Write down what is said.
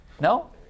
No